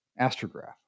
astrograph